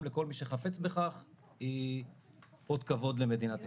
לכל מי שחפץ בכך היא אות כבוד למדינת ישראל.